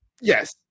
Yes